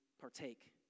partake